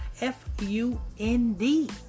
F-U-N-D